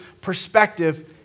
perspective